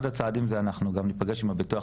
אחד הצעדים זה שגם אנחנו ניפגש עם הביטוח